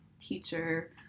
teacher